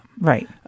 Right